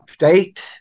update